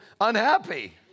unhappy